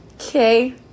okay